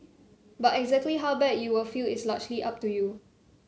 but exactly how bad you will feel is largely up to you